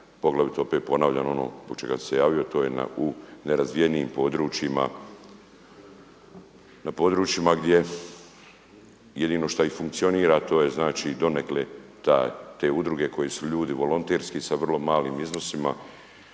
Poglavito opet ponavljam ono zbog čega sam se javio, a to je u nerazvijenijim područjima, na područjima gdje jedino što i funkcionira, a to je znači donekle te udruge koje su ljudi volonterski sa vrlo malim iznosima